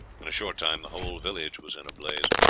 in a short time the whole village was in a blaze.